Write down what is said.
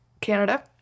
Canada